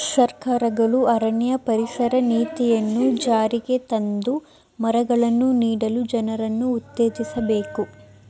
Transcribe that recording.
ಸರ್ಕಾರಗಳು ಅರಣ್ಯ ಪರಿಸರ ನೀತಿಯನ್ನು ಜಾರಿಗೆ ತಂದು ಮರಗಳನ್ನು ನೀಡಲು ಜನರನ್ನು ಉತ್ತೇಜಿಸಬೇಕು